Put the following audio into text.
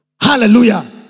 Hallelujah